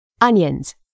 Onions –